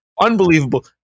Unbelievable